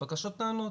הבקשות נענות.